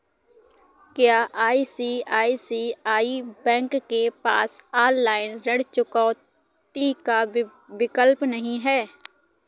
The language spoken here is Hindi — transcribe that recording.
क्या आई.सी.आई.सी.आई बैंक के पास ऑनलाइन ऋण चुकौती का विकल्प नहीं है?